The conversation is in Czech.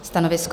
Stanovisko?